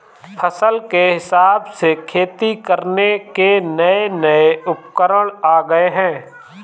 फसल के हिसाब से खेती करने के नये नये उपकरण आ गये है